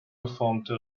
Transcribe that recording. geformte